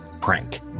prank